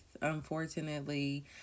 unfortunately